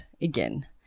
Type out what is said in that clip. again